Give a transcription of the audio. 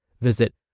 Visit